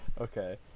Okay